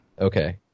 okay